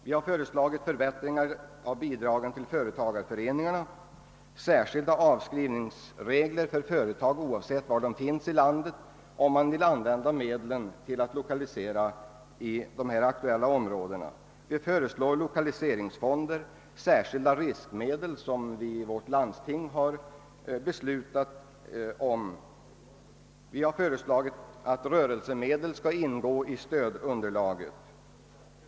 Vi har föreslagit förbättringar av bidragen till företagareföreningarna, särskilda avskrivningsregler för företag, oavsett var de finns i landet, om man vill använda medlen till att lokalisera i de här aktuella områdena. Vi föreslår lokaliseringsfonder, särskilda riskmedel som vi i vårt landsting har beslutat om. Vi har föreslagit att rörelsemedel skall ingå i stödunderlaget.